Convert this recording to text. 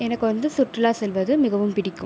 எனக்கு வந்து சுற்றுலா செல்வது மிகவும் பிடிக்கும்